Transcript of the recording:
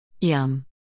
Yum